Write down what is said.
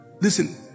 Listen